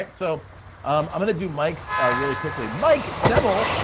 like so um i'm gonna do mike's, ah really quickly, mike semel,